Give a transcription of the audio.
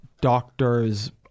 Doctors